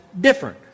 different